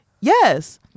Yes